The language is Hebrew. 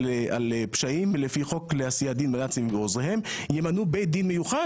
על פשעים לפי חוק לעשיית דין בנאצים ועוזרים ימנו בית דין מיוחד